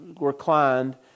reclined